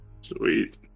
Sweet